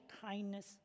kindness